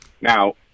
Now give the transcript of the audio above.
Now